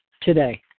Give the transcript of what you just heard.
today